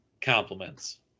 compliments